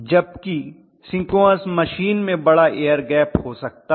जबकि synchronous machine में बड़ा एयर गैप हो सकता है